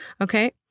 okay